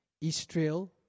Israel